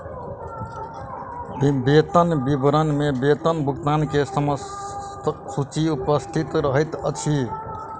वेतन विवरण में वेतन भुगतान के समस्त सूचि उपस्थित रहैत अछि